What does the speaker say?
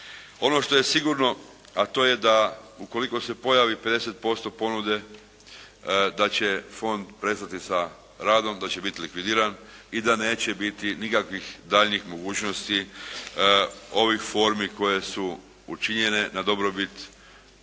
Ono što je sigurno a to je da ako se pojavi 50% ponude da će fond prestati sa radom, da će biti likvidiran i da neće biti nikakvih daljnjih mogućnosti ovih formi koje su učinjene da dobrobit